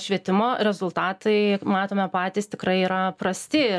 švietimo rezultatai matome patys tikrai yra prasti